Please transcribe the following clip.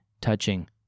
touching